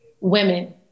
women